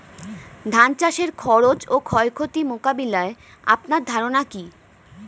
ধান চাষের খরচ ও ক্ষয়ক্ষতি মোকাবিলায় আপনার ধারণা কী?